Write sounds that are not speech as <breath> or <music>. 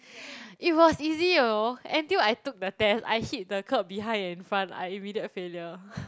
<breath> it was easy you know until I took the test I hit the curb behind and in front I immediate failure <breath>